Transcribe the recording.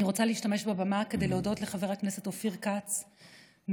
אני רוצה להשתמש בבמה כדי להודות לחבר הכנסת אופיר כץ מהליכוד,